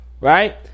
right